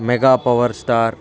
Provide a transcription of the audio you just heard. mega power star